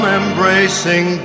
embracing